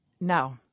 No